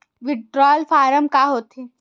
Withdrawal form का होथे?